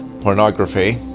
pornography